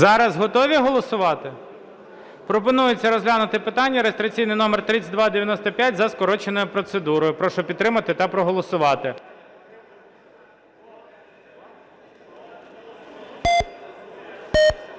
Зараз готові голосувати? Пропонується розглянути питання реєстраційний номер 3295 за скороченою процедурою. Прошу підтримати та проголосувати.